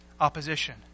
opposition